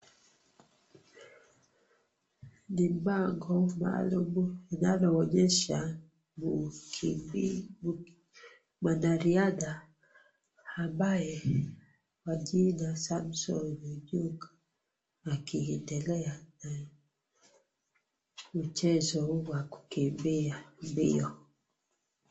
Ni bango maalum linaloonyesha, mwanariadha, kwa kina Samson Ondiek akiendelea na mchezo huu wa kukimbia mbio.